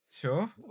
Sure